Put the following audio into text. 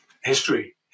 history